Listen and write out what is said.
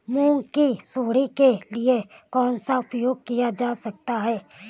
मूंग की सुंडी के लिए कौन सा उपाय किया जा सकता है?